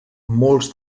molts